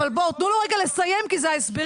אבל תנו לו לסיים כי זה ההסברים.